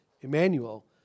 Emmanuel